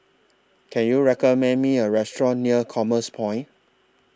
Can YOU recommend Me A Restaurant near Commerce Point